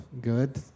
good